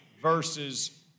versus